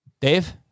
Dave